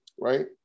right